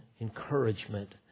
encouragement